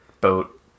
boat